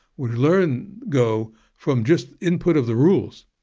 which learned go from just input of the rules,